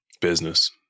business